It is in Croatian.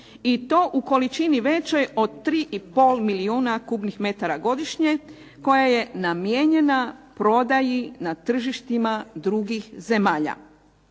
i to u količini većoj od 3 i pol milijuna kubnih metara godišnje, koja je namijenjena prodaji na tržištima drugih zemalja.